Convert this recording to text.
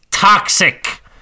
Toxic